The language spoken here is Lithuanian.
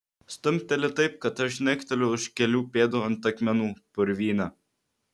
stumteli taip kad aš žnekteliu už kelių pėdų ant akmenų purvyne